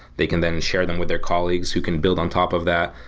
they can then share them with their colleagues who can build on top of that,